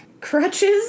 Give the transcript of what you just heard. crutches